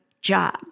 job